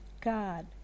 God